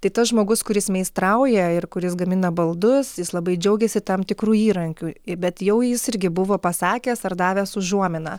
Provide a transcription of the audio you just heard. tai tas žmogus kuris meistrauja ir kuris gamina baldus jis labai džiaugėsi tam tikru įrankiu i bet jau jis irgi buvo pasakęs ar davęs užuominą